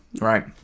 Right